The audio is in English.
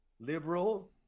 liberal